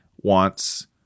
wants